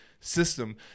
system